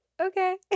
okay